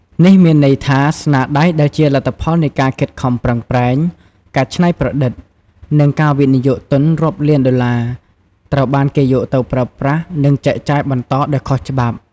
នេះមានន័យថា ស្នាដៃដែលជាលទ្ធផលនៃការខិតខំប្រឹងប្រែង ការច្នៃប្រឌិត និងការវិនិយោគទុនរាប់លានដុល្លារ ត្រូវបានគេយកទៅប្រើប្រាស់ និងចែកចាយបន្តដោយខុសច្បាប់។